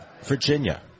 Virginia